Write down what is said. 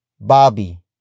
bobby